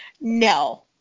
No